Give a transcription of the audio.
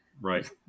right